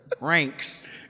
Ranks